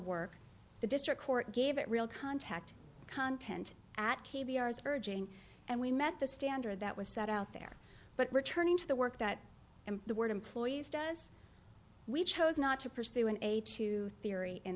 work the district court gave it real contact content at k b r urging and we met the standard that was set out there but returning to the work that the word employees does we chose not to pursue an a to theory in